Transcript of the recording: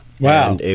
Wow